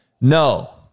No